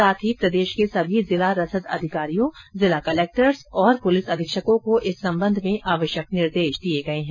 साथ ही प्रदेश के सभी जिला रसद अधिकारियों जिला कलक्टर्स और पुलिस अधीक्षकों को इस संबंध में आवश्यक निर्देश दिये गये है